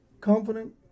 confident